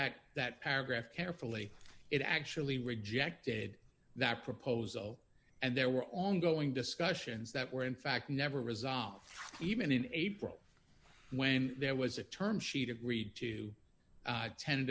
that that paragraph carefully it actually rejected that proposal and there were ongoing discussions that were in fact never resolved even in april when there was a term sheet agreed to